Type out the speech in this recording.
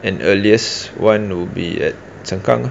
and earliest one would be at sengkang ah